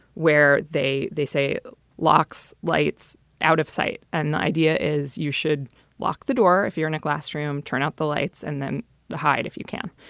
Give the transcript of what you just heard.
where they they say locks, lights out of sight. and the idea is you should lock the door if you're in a classroom, turn out the lights and then hide if you can.